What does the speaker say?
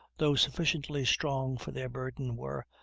though sufficiently strong for their burden, were,